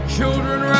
Children